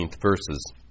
verses